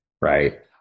right